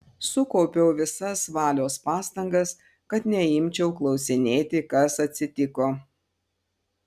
sukaupiau visas valios pastangas kad neimčiau klausinėti kas atsitiko